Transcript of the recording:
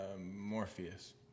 Morpheus